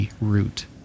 root